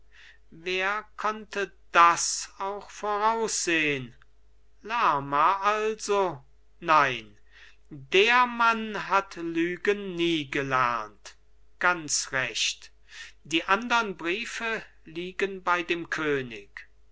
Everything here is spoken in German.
wer konnte das auch voraussehn lerma also nein der mann hat lügen nie gelernt ganz recht die andern briefe liegen bei dem könig